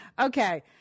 Okay